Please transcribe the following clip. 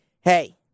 Hey